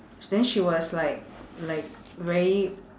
then she was like like very